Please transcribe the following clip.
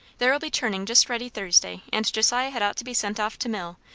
there'll be churning just ready thursday and josiah had ought to be sent off to mill,